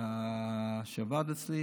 שעבד אצלי,